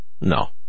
No